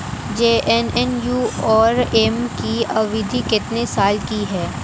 JNNURM की अवधि कितने साल की है?